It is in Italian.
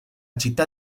città